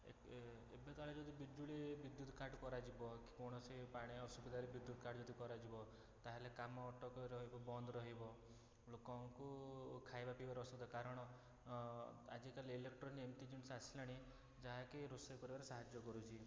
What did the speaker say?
ଏ ଏବେ କାଳେ ଯଦି ବିଜୁଳି ବିଦ୍ୟୁତ୍ କାଟ କରାଯିବ କି କୌଣସି ପାଣି ଅସୁବିଧାରେ ବିଦ୍ୟୁତ୍ କାଟ ଯଦି କରାଯିବ ତାହେଲେ କାମ ଅଟକ ରହିବ ବନ୍ଦ ରହିବ ଲୋକଙ୍କୁ ଖାଇବା ପିଇବାରେ ଅସୁବିଧା କାରଣ ଆଜିକାଲି ଇଲେକ୍ଟ୍ରୋନିକରେ ଏମିତି ଜିନିଷ ଆସିଲାଣି ଯାହାକି ରୋଷେଇ କରିବାରେ ସାହାଯ୍ୟ କରୁଛି